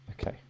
Okay